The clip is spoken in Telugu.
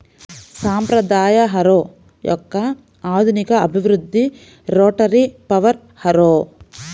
సాంప్రదాయ హారో యొక్క ఆధునిక అభివృద్ధి రోటరీ పవర్ హారో